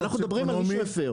אנחנו מדברים על מי שהפר.